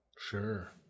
Sure